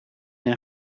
een